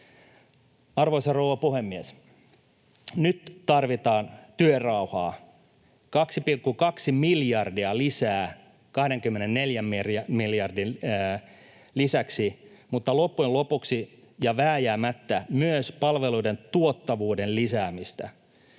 Arvoisa rouva puhemies! Nyt tarvitaan työrauhaa, 2,2 miljardia lisää 24 miljardin lisäksi mutta loppujen lopuksi ja vääjäämättä myös palveluiden tuottavuuden lisäämistä.